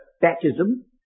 baptism